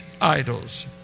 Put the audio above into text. idols